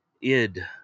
id